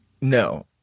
No